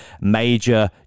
major